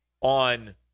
on